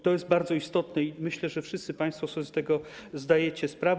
To jest bardzo istotne i myślę, że wszyscy państwo sobie z tego zdajecie sprawę.